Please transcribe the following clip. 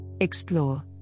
Explore